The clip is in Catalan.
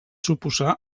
suposar